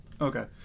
Okay